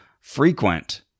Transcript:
frequent